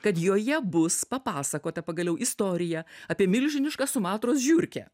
kad joje bus papasakota pagaliau istorija apie milžinišką sumatros žiurkę